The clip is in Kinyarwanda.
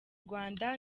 rwanda